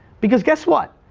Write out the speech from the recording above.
because guess what,